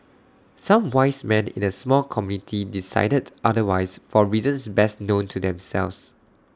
some 'wise men' in A small committee decided otherwise for reasons best known to themselves